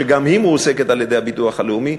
שגם היא מועסקת על-ידי הביטוח הלאומי,